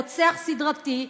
רוצח סדרתי.